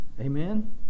Amen